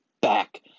back